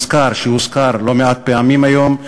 שהוזכר לא מעט פעמים היום,